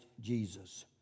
Jesus